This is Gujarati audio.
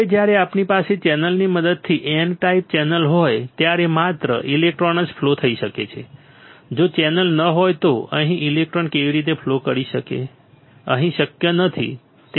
હવે જ્યારે આપણી પાસે ચેનલની મદદથી N ટાઇપ ચેનલ હોય ત્યારે માત્ર ઇલેક્ટ્રોન જ ફ્લો થઈ શકે છે જો ચેનલ ન હોય તો અહીંથી ઇલેક્ટ્રોન કેવી રીતે ફ્લો કરી શકે અહીં શક્ય નથી ત્યાં કોઈ ચેનલ નથી